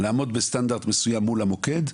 לעמוד בסטנדרט מסוים מול המוקד,